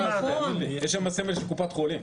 הוא יודע טוב מאוד, יש שם סמל של קופת חולים.